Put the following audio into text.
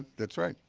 that's right.